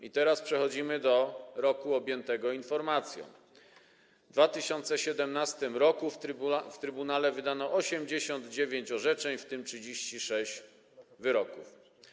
I teraz przechodzimy do roku objętego informacją: w 2017 r. w trybunale wydano 89 orzeczeń, w tym 36 wyroków.